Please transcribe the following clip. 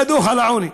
היה דוח על העוני,